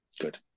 Good